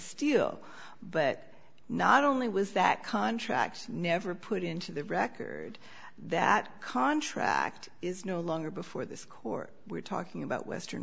steel but not only was that contract never put into the record that contract is no longer before this court we're talking about western